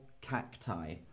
cacti